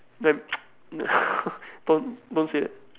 !damn! don't don't say it